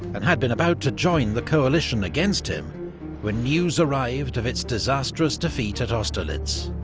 and had been about to join the coalition against him when news arrived of its disastrous defeat at austerlitz.